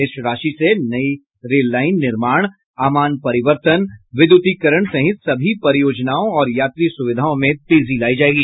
इस राशि से नई रेल लाईन निर्माण अमान परिवर्तन विद्युतीकरण सहित सभी परियोजनाओं और यात्री सुविधाओं में तेजी लायी जायेगी